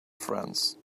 friends